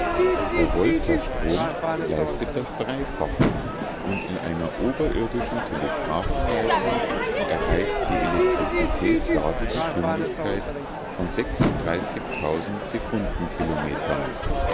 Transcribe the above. der voltastrom leistet das dreifache und in einer oberirdischen telegraphenleitung erreicht die elektrizität gar die geschwindigkeit von